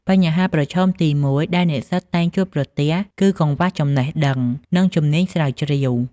បញ្ហាប្រឈមទីមួយដែលនិស្សិតតែងជួបប្រទះ គឺកង្វះចំណេះដឹង និងជំនាញស្រាវជ្រាវ។